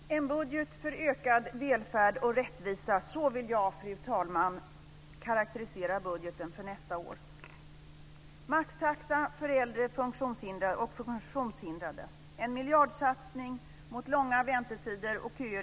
Fru talman! En budget för ökad välfärd och rättvisa, så vill jag karakterisera budgeten för nästa år.